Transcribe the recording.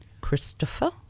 Christopher